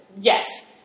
Yes